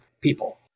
people